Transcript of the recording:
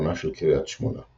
בצפונה של קריית שמונה.